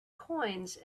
coins